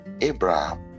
Abraham